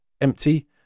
empty